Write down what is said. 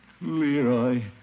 Leroy